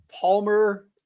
Palmer